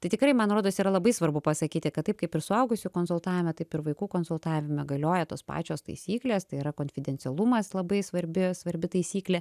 tai tikrai man rodos yra labai svarbu pasakyti kad taip kaip ir suaugusių konsultavime taip ir vaikų konsultavime galioja tos pačios taisyklės tai yra konfidencialumas labai svarbi svarbi taisyklė